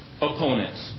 opponents